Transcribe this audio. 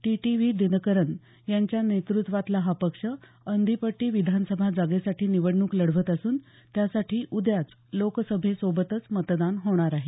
TTV Dhinakaran यांच्या नेतृत्वातला हा पक्ष अंदीपट्टी विधानसभा जागेसाठी निवडणूक लढवत असून त्यासाठी उद्याच लोकसभेसोबतच मतदान होणार आहे